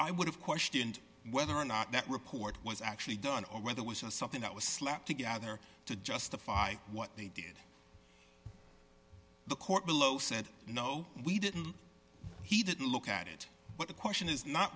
i would have questioned whether or not that report was actually done or whether was it something that was slapped together to justify what they did the court below said no we didn't he didn't look at it but the question is not